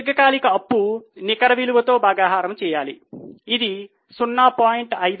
దీర్ఘకాలిక అప్పు నికర విలువతో భాగాహారం చేయాలి ఇది 0